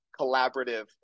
collaborative